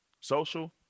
social